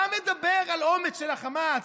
אתה מדבר על אומץ של החמאס,